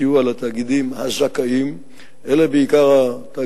לצמצום פערי תשתיות הביוב ביישובי המגזר הלא-יהודי ביחס לשאר המגזרים,